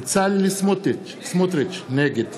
נגד בצלאל סמוטריץ, נגד